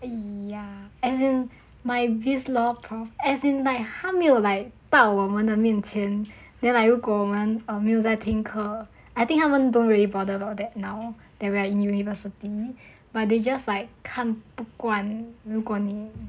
!aiya! as in my biz law prof as in like 他没有 like 答我们的面前 then like 如果我们 um 没有在听课 I think 他们 don't really bother that now lor that we are in university but they just like 看不惯如果你